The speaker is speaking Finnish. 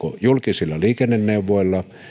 julkisilla liikenneneuvoilla